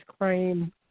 cream